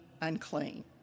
unclean